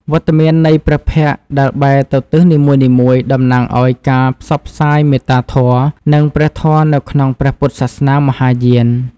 វត្តមាននៃព្រះភ័ក្ត្រដែលបែរទៅទិសនីមួយៗ តំណាងឱ្យការផ្សព្វផ្សាយមេត្តាធម៌ និងព្រះធម៌នៅក្នុងព្រះពុទ្ធសាសនាមហាយាន។